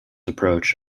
approach